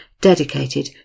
dedicated